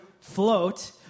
float